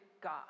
God